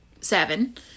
seven